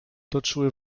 toczyły